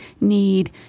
need